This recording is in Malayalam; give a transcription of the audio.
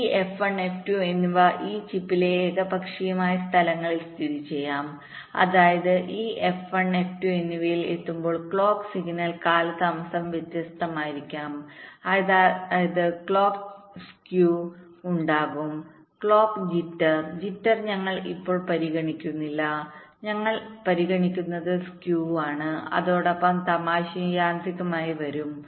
ഈ F1 F2 എന്നിവ ഈ ചിപ്പിലെ ഏകപക്ഷീയമായ സ്ഥലങ്ങളിൽ സ്ഥിതിചെയ്യാം അതായത് ഈ F1 F2 എന്നിവയിൽ എത്തുമ്പോൾ ക്ലോക്ക് സിഗ്നൽ കാലതാമസം വ്യത്യസ്തമായിരിക്കും അതായത് ക്ലോക്ക് സ്ക്യൂഉണ്ടാകും ക്ലോക്ക് ജിറ്റർ ജിറ്റർ ഞങ്ങൾ ഇപ്പോൾ പരിഗണിക്കുന്നില്ല ഞങ്ങൾ പരിഗണിക്കുന്നത് സ്കുവാണ് അതോടൊപ്പം തമാശയും യാന്ത്രികമായി വരും